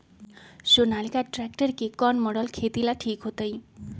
Sonalika tractor के कौन model खेती ला ठीक होतै?